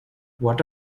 what